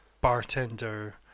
bartender